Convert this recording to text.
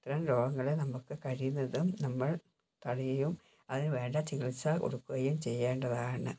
ഇത്തരം രോഗങ്ങളെ നമുക്ക് കഴിയുന്നതും നമ്മൾ തടയുകയും അതിന് വേണ്ട ചികിത്സ കൊടുക്കുകയും ചെയ്യേണ്ടതാണ്